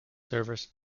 serviced